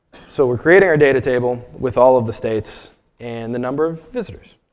so we're creating our data table with all of the states and the number of visitors.